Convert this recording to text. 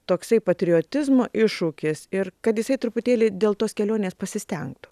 toksai patriotizmo iššūkis ir kad jisai truputėlį dėl tos kelionės pasistengtų